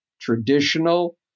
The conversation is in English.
traditional